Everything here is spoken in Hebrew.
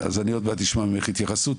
אני עוד מעט אשמע ממך התייחסות.